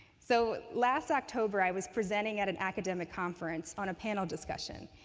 so last october, i was presenting at an academic conference on a panel discussion,